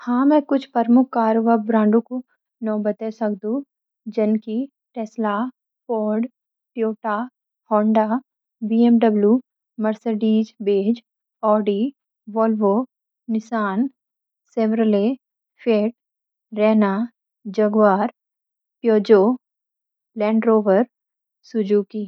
हाँ मैं कुछ प्रमुख कार का ब्रांडों कु नौ बतें सकदू जन कि: Tesla Ford Toyota Honda BMW Mercedes Benz Audi Volvo Nissan Chevrolet Fiat Renault Jaguar Peugeot Land Rover Suzuki